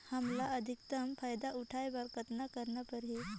हमला अधिकतम फायदा उठाय बर कतना करना परही?